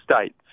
states